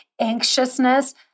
anxiousness